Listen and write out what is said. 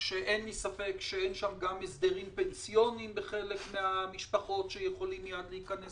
שאין לי ספק שאין גם הסדרים פנסיוניים שיכולים להיכנס